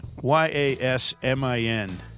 Y-A-S-M-I-N